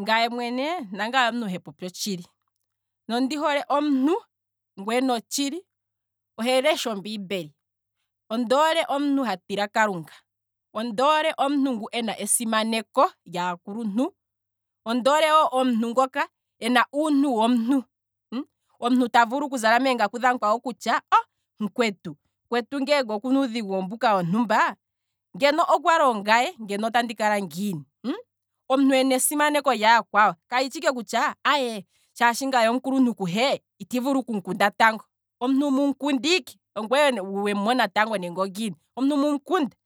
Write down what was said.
Ngaye mwene nangaye omuntu hepopi otshili, ndele ondi hole omuntu ho popi otshili, ngweena otshili, ohandi lesha ombiimbeli, ondoole omuntu ngu hatila kalunga, ondoole omuntu ngu ena esimaneko lyaakuluntu, ondoole wo omuntu ngoka ena uuntu womuntu, omuntu ta vulu okuzala meengaku dhamukwawo kutya, mukwetu ngele okuna uudhigu wontumba, ngeno okwali ongaye ngeno otandi kala ngiini, omuntu ena esimaneko lya yakwawo, kashishi ike kutya shaashi ngaye omukuluntu kuhe, itandi vulu okumukunda tango, omuntu mum'kunda ike, ongweye wemu mona tango nenge ongiini, omuntu mum'kunda,